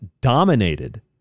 dominated